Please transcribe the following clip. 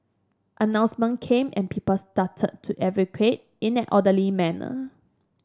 announcement came and people started to evacuate in an orderly manner